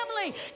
family